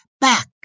back